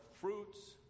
fruits